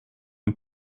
een